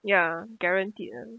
ya guaranteed lah